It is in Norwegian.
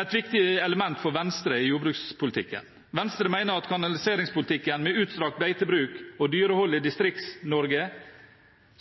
et viktig element for Venstre i jordbrukspolitikken. Venstre mener at kanaliseringspolitikken med utstrakt beitebruk og dyrehold i Distrikts-Norge